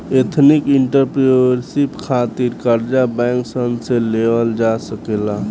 ethnic entrepreneurship खातिर कर्जा bank सन से लेवल जा सकेला